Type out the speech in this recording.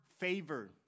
favor